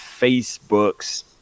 Facebook's